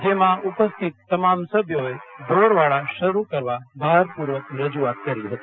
જેમાં ઉપસ્થિત તમામ સભ્યોએ ઢોરવાડા શરૂ કરવા ભારપૂર્વક રજૂઆત કરી હતી